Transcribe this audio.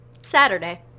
Saturday